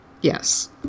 Yes